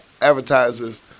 advertisers